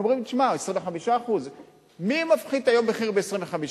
אומרים: תשמע, 25%. מי מפחית היום מחיר ב-25%?